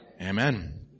Amen